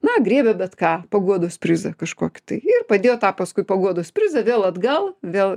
na griebia bet ką paguodos prizą kažkokį tai ir padėjo tą paskui paguodos prizą vėl atgal vėl